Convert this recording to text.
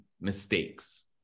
mistakes